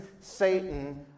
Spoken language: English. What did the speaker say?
Satan